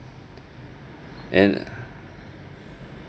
and